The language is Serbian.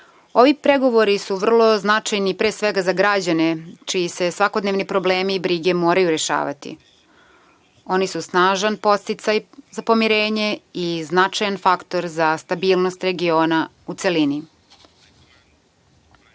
pregovori su vrlo značajni pre svega za građane čiji su svakodnevni problemi i brige moraju rešavati. Oni su snažan podsticaj za pomirenje i značajan faktor za stabilnost regiona u celini. Želim